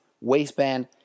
waistband